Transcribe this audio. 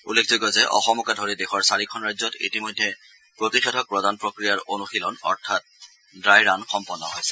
উল্লেখযোগ্য যে অসমকে ধৰি দেশৰ চাৰিখন ৰাজ্যত ইতিমধ্যে প্ৰতিষেধক প্ৰদান প্ৰক্ৰিয়াৰ অনুশীলন অৰ্থাৎ ড্ৰাই ৰান সম্পন্ন হৈছে